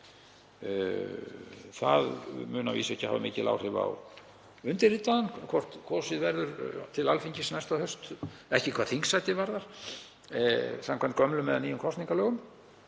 Það mun að vísu ekki hafa mikil áhrif á undirritaðan hvort kosið verður til Alþingis næsta haust, ekki hvað þingsæti varðar, samkvæmt gömlum eða nýjum kosningalögum.